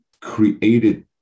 created